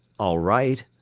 all right,